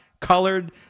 colored